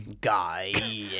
guy